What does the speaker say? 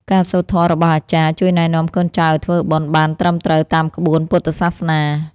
ការសូត្រធម៌របស់អាចារ្យ ជួយណែនាំកូនចៅឱ្យធ្វើបុណ្យបានត្រឹមត្រូវតាមក្បួនពុទ្ធសាសនា។